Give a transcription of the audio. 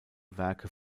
werke